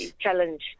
challenge